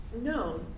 No